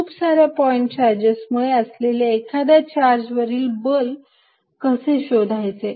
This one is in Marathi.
खूप सार्या पॉईंट चार्जेस मुळे असलेले एखाद्या चार्ज वरील बल कसे शोधायचे